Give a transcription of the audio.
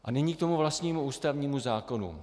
A nyní k vlastnímu ústavnímu zákonu.